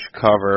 cover